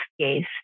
case